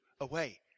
away